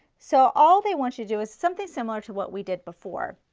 so all they want you to do is something similar to what we did before.